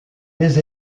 les